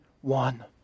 one